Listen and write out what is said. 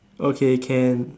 okay can